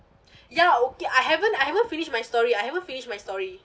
ya okay I haven't I haven't finished my story I haven't finished my story